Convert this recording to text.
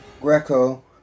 Greco